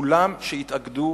כולם יתאגדו